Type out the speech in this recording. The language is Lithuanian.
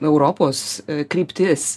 europos kryptis